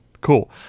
Cool